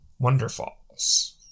Wonderfalls